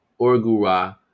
orgura